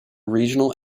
regional